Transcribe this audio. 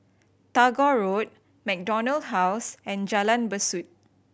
Tagore Road MacDonald House and Jalan Besut